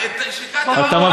גפני?